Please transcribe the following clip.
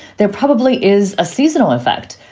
there probably is a seasonal effect.